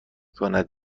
کند